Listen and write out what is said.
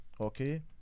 okay